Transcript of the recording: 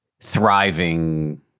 thriving